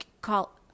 call